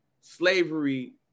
Slavery